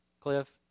Cliff